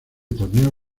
torneo